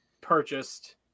purchased